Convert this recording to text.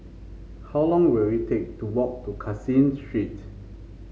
how long will it take to walk to Caseen Street